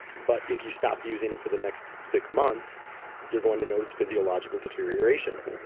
but if you stopped using it for the next six months you're going to notice physiological deterioration.